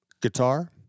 guitar